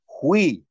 Hui